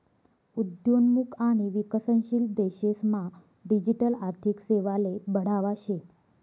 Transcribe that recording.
उद्योन्मुख आणि विकसनशील देशेस मा डिजिटल आर्थिक सेवाले बढावा शे